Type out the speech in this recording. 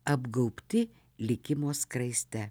apgaubti likimo skraiste